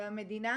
והמדינה